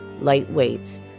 lightweight